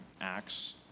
Acts